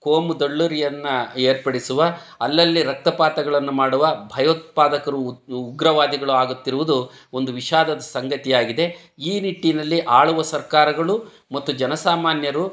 ಕೋಮುದಳ್ಳುರಿಯನ್ನು ಏರ್ಪಡಿಸುವ ಅಲ್ಲಲ್ಲಿ ರಕ್ತಪಾತಗಳನ್ನು ಮಾಡುವ ಭಯೋತ್ಪಾದಕರು ಉದ್ ಉಗ್ರವಾದಿಗಳು ಆಗುತ್ತಿರುವುದು ಒಂದು ವಿಷಾದದ ಸಂಗತಿಯಾಗಿದೆ ಈ ನಿಟ್ಟಿನಲ್ಲಿ ಆಳುವ ಸರ್ಕಾರಗಳು ಮತ್ತು ಜನಸಾಮಾನ್ಯರು